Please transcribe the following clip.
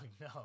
no